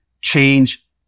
change